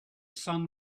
sun